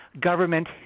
government